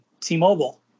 t-mobile